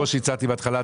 כמו שהצעתי בהתחלה,